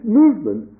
movement